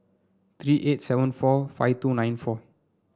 three eight seven four five two nine four